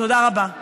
תודה רבה.